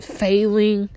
failing